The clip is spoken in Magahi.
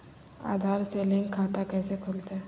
आधार से लिंक खाता कैसे खुलते?